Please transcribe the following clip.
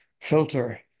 filter